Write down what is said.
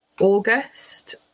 August